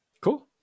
cool